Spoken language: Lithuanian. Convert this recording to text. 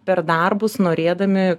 per darbus norėdami